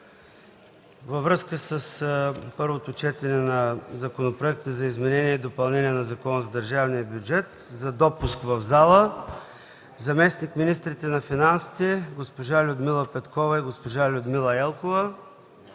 във връзка с първото четене на Законопроекта за изменение и допълнение на Закона за държавния бюджет - за допускане в залата заместник-министрите на финансите Людмила Петкова и Людмила Елкова,